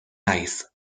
naiz